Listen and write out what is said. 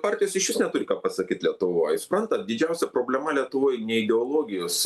partijos išvis neturi ką pasakyt lietuvoj suprantat didžiausia problema lietuvoj ne ideologijos